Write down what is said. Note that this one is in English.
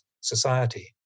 society